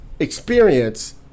experience